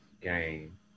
game